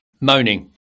Moaning